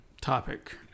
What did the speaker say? topic